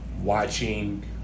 watching